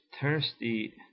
thirsty